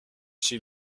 she